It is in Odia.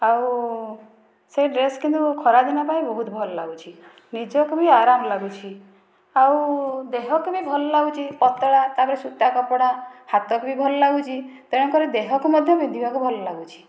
ଆଉ ସେ ଡ୍ରେସ କିନ୍ତୁ ଖରାଦିନ ପାଇଁ ବହୁତ ଭଲ ଲାଗୁଛି ନିଜକୁ ବି ଆରାମ ଲାଗୁଛି ଆଉ ଦେହକୁ ବି ଭଲ ଲାଗୁଛି ପତଳା ତା'ପରେ ସୂତା କପଡ଼ା ହାତକୁ ବି ଭଲ ଲାଗୁଛି ତେଣୁକରି ଦେହକୁ ମଧ୍ୟ ପିନ୍ଧିବାକୁ ଭଲ ଲାଗୁଛି